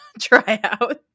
tryout